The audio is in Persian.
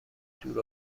دور